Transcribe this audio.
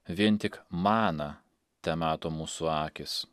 vien tik maną temato mūsų akys